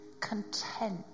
content